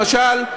למשל,